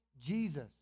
Jesus